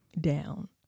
down